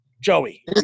Joey